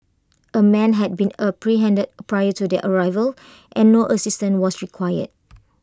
A man had been apprehended prior to their arrival and no assistance was required